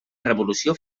revolució